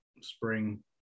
spring